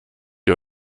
ihr